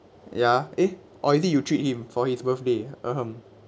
ya eh or is it you treat him for his birthday uh hmm